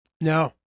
no